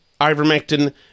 ivermectin